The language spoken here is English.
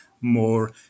more